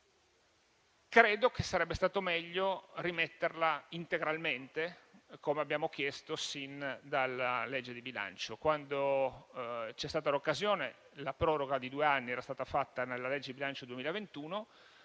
credo che sarebbe stato meglio rimetterla integralmente, come abbiamo chiesto sin dalla legge di bilancio. Quando c'è stata l'occasione, la proroga di due anni era stata fatta nella legge di bilancio 2021,